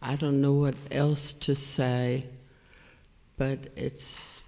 i don't know what else to say but it's